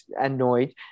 annoyed